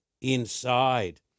inside